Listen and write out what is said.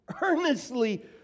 Earnestly